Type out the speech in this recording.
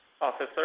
Officer